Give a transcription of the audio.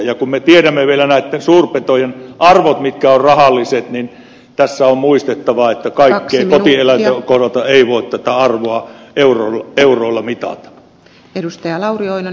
ja kun me tiedämme vielä näitten suurpetojen rahalliset arvot on muistettava että kaikkien kotieläinten kohdalta ei voi tätä arvoa euroissa mitata